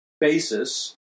basis